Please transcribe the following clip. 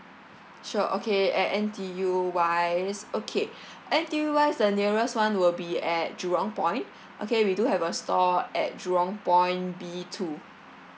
sure okay at N_T_U wise okay N_T_U wise the nearest one will be at jurong point okay we do have a store at jurong point B two